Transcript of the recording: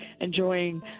enjoying